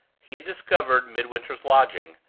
he had discovered midwinter's lodgings,